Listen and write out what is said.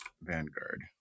vanguard